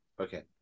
Okay